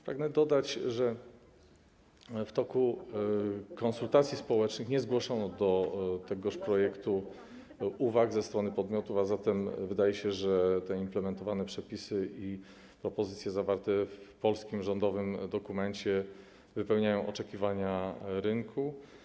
Pragnę dodać, że w toku konsultacji społecznych nie zgłoszono do tegoż projektu uwag ze strony podmiotów, a zatem wydaje się, że te implementowane przepisy i propozycje zawarte w polskim rządowym dokumencie wypełniają oczekiwania rynku.